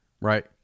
Right